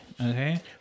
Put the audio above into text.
Okay